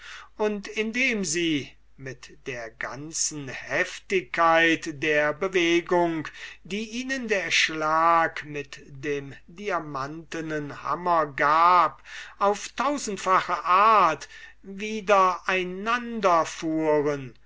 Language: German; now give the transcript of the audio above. und indem sie mit der ganzen heftigkeit der bewegung die ihnen der schlag mit dem diamantenen hammer gab auf tausendfache art